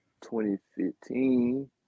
2015